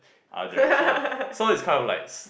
other direction so it's kind of likes